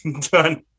done